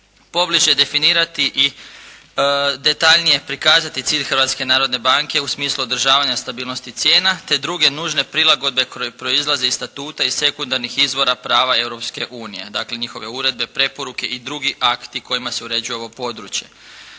pobliže definirati i detaljnije prikazati cilj Hrvatske narodne banke u smislu održavanja stabilnosti cijena te druge nužne prilagodbe koje proizlaze iz statuta iz sekundarnih izvora prava Europske unije, dakle njihove uredbe, preporuke i drugi akti kojima se uređuje ovo područje.